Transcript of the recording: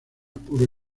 puro